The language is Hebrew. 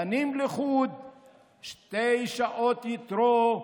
בנים לחוד / שתי שעות יתרו,